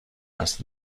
است